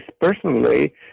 personally